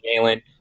Jalen